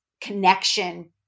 connection